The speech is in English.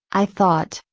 i thought,